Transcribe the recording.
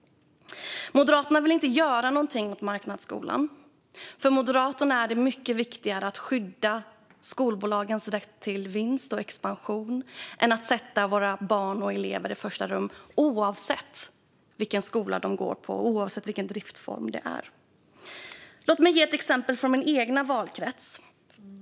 Moderaterna vill inte göra någonting åt marknadsskolan. För Moderaterna är det mycket viktigare att skydda skolbolagens rätt till vinst och expansion än att sätta våra barn och elever i första rummet, oavsett vilken skola de går på och oavsett vilken driftsform det handlar om. Låt mig ge ett exempel från min egen valkrets.